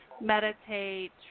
meditate